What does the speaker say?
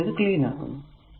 ഞാൻ ഇത് ക്ലീൻ ആക്കുന്നു